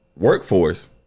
Workforce